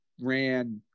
ran